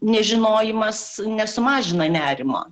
nežinojimas nesumažina nerimo